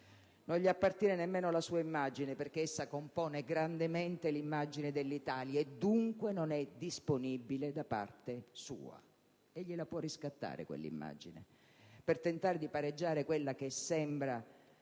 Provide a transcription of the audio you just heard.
Non gli appartiene nemmeno la sua immagine, perché essa compone grandemente l'immagine dell'Italia e dunque non è disponibile da parte sua. Egli la può riscattare, quell'immagine, per tentare di pareggiare quella che sembra